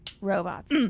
robots